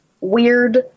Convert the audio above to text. weird